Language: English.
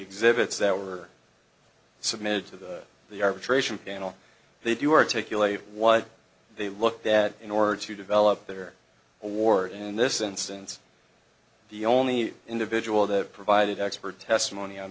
exhibits that were submitted to the arbitration panel they do articulate what they looked at in order to develop their award in this instance the only individual that provided expert testimony on